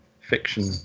fiction